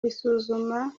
isuzuma